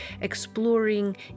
exploring